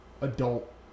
adult